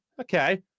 okay